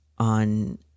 on